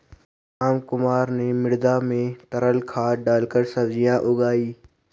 रामकुमार ने मृदा में तरल खाद डालकर सब्जियां उगाई